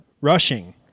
Rushing